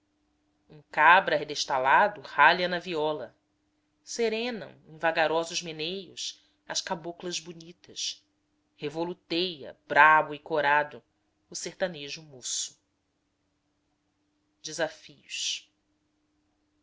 um cabra destalado ralha na viola serenam em vagarosos meneios as cablocas bonitas revoluteia brabo e corado o sertanejo moço desafios